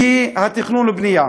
שהיא התכנון והבנייה